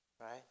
right